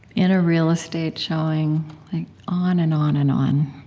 in a real estate showing on and on and on.